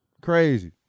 Crazy